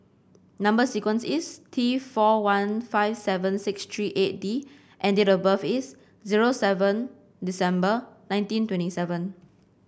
number sequence is T four one five seven six three eight D and date of birth is zero seven December nineteen twenty seven